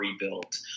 rebuilt